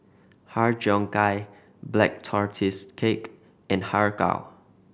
Har Cheong Gai Black Tortoise Cake and Har Kow